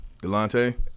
Delante